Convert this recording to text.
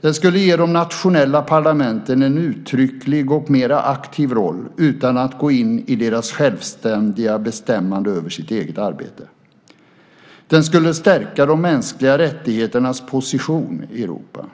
Den skulle ge de nationella parlamenten en uttrycklig och mera aktiv roll utan att gå in i deras självständiga bestämmande över sitt eget arbete. Den skulle stärka de mänskliga rättigheternas position i Europa.